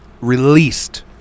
released